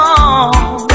on